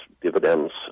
dividends